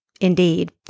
Indeed